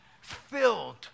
filled